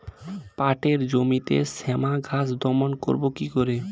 পাটের জমিতে শ্যামা ঘাস দমন করবো কি করে?